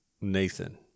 Nathan